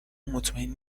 مطمئن